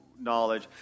knowledge